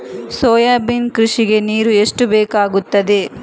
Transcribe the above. Soybean ಕೃಷಿಗೆ ನೀರು ಎಷ್ಟು ಬೇಕಾಗುತ್ತದೆ?